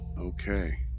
Okay